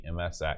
MSX